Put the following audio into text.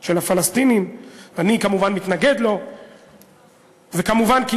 של הפלסטינים, ואני כמובן מתנגד לו.